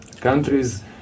countries